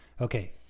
Okay